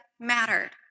mattered